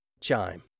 Chime